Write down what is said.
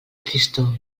tristor